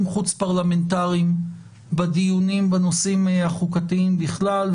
חוץ-פרלמנטריים בדיונים בנושאים החוקתיים בכלל,